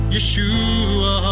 Yeshua